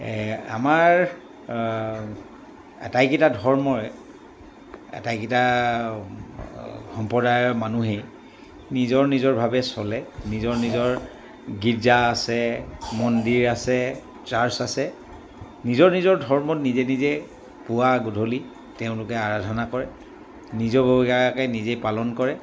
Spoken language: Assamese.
আমাৰ আটাইকেইটা ধৰ্মই আটাইকেইটা সম্প্ৰদায়ৰ মানুহেই নিজৰ নিজৰভাৱে চলে নিজৰ নিজৰ গীৰ্জা আছে মন্দিৰ আছে চাৰ্চ আছে নিজৰ নিজৰ ধৰ্মত নিজে নিজে পুৱা গধূলি তেওঁলোকে আৰাধনা কৰে নিজাববীয়াকৈ নিজে পালন কৰে